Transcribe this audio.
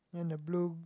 and the blue